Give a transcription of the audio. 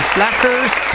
Slackers